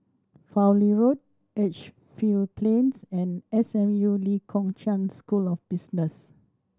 Fowlie Road Edgefield Plains and S M U Lee Kong Chian School of Business